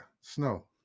snow